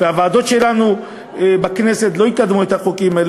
והוועדות שלנו בכנסת לא יקדמו את החוקים האלה,